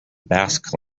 basque